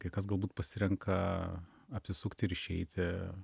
kai kas galbūt pasirenka apsisukti ir išeiti